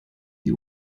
die